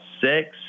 six